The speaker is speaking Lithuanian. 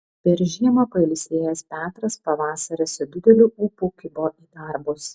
per žiemą pailsėjęs petras pavasarį su dideliu ūpu kibo į darbus